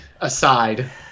aside